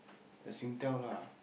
the Singtel lah